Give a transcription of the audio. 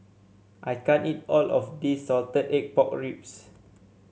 I can't eat all of this Salted Egg Pork Ribs